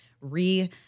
re